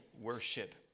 worship